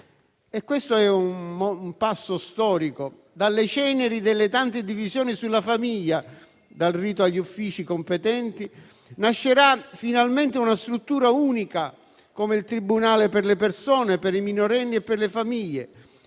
Questo è un passo storico: dalle ceneri delle tante divisioni sulla famiglia, dal rito agli uffici competenti, nascerà finalmente una struttura unica come il tribunale per le persone, per i minorenni e per le famiglie.